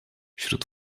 wśród